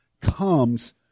comes